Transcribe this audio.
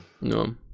no